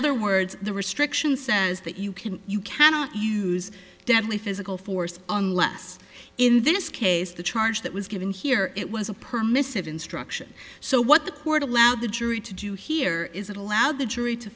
other words the restriction says that you can you cannot use deadly physical force unless in this case the charge that was given here it was a permis of instruction so what the court allowed the jury to do here is allow the jury to